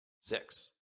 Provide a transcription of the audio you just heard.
six